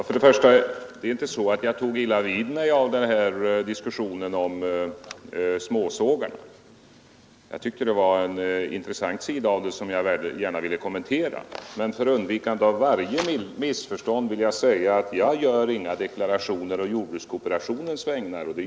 Fru talman! Jag tog inte illa vid mig av diskussionen om småsågverksägarna. Jag tyckte att det var en intressant sida som jag gärna ville kommentera. Men för undvikande av varje missförstånd vill jag säga att jag gör inga deklarationer på jordbrukskooperationens vägnar.